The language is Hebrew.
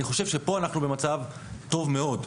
אני חושב שפה אנחנו במצב טוב מאוד.